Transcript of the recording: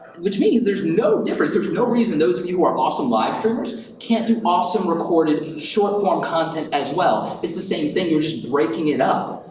which means there's no difference. there's sort of no reason those of you who are awesome live streamers can't do awesome recorded short-form content as well. it's the same thing you're just breaking it up.